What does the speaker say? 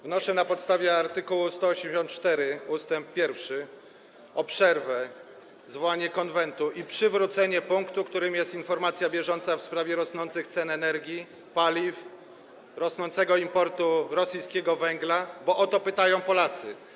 Wnoszę na podstawie art. 184 ust. 1 o przerwę, zwołanie Konwentu i przywrócenie punktu, przedstawienie informacji bieżącej w sprawie rosnących cen energii, paliw, rosnącego importu rosyjskiego węgla, bo o to pytają Polacy.